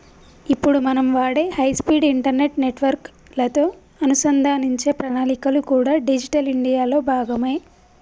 ఇప్పుడు మనం వాడే హై స్పీడ్ ఇంటర్నెట్ నెట్వర్క్ లతో అనుసంధానించే ప్రణాళికలు కూడా డిజిటల్ ఇండియా లో భాగమే